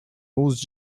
moose